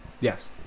yes